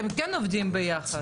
היבואן היום הוא זה שמביא,